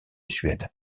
suède